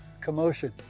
commotion